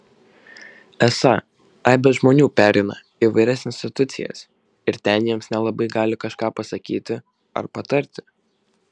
esą aibė žmonių pereina įvairias institucijas ir ten jiems nelabai gali kažką pasakyti ar patarti